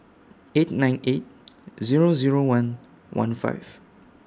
eight nine eight Zero Zero one one five